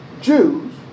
Jews